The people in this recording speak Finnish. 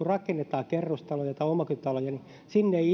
rakennetaan kerrostaloja tai omakotitaloja ei